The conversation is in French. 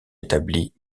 établies